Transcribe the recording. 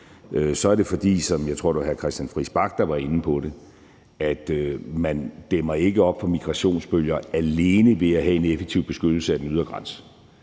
er det, fordi – jeg tror, det var hr. Christian Friis Bach, der var inde på det – man ikke dæmmer op for migrationsbølger alene ved at have en effektiv beskyttelse af den ydre grænse.